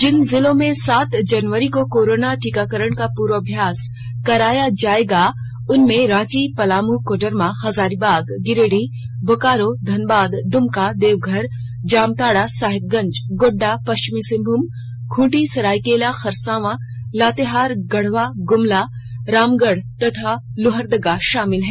जिन जिलों में सात जनवरी को कोरोना टीकाकरण का पूर्वाभ्यास काराया जाएगा उनमें रांची पलामू कोडरमा हजारीबाग गिरिडीह बोकारो धनबाद दुमका देवघर जामताड़ा साहिबगंज गोड्डा पश्चिमी सिंहभूम खूंटी सरायकेला खरसावां लातेहार गढ़वा गुमला रामगढ़ तथा लोहरदगा शामिल हैं